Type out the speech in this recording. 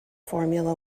formula